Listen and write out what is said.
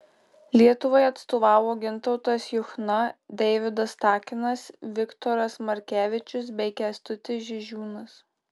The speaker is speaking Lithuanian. lietuvai atstovavo gintautas juchna deividas takinas viktoras markevičius bei kęstutis žižiūnas